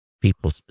people